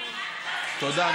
תודה.